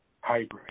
hybrid